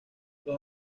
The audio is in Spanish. los